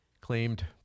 claimed